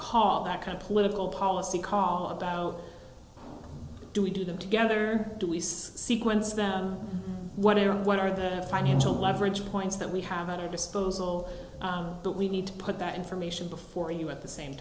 call that kind of political policy call about do we do them together to ease sequence them what are what are their financial leverage points that we have at our disposal but we need to put that information before you at the same